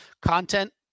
content